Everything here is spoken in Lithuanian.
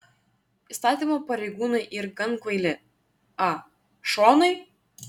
įstatymo pareigūnai yr gan kvaili a šonai